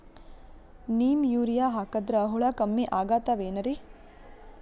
Neem urea ಹಾಕದ್ರ ಹುಳ ಕಮ್ಮಿ ಆಗತಾವೇನರಿ?